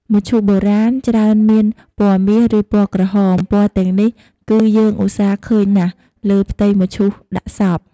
មឈូសបុរាណ ច្រើនមានពណ៌មាស ឬ ពណ៌ក្រហម ពណ៌ទាំងនេះគឺយើងឧស្សាហ៌ឃើញណាស់លើផ្ទៃមឈូសដាក់សព។